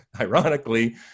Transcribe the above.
ironically